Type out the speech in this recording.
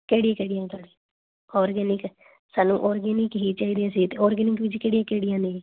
ਕਿਹੜੀਆਂ ਕਿਹੜੀਆਂ ਦੱਸ ਔਰਗੈਨਿਕ ਹੈ ਸਾਨੂੰ ਔਰਗੈਨਿਕ ਹੀ ਚਾਹੀਦੀਆਂ ਸੀ ਅਤੇ ਔਰਗੈਨਿਕ ਦੇ ਵਿੱਚ ਕਿਹੜੀਆਂ ਕਿਹੜੀਆਂ ਨੇ